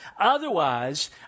Otherwise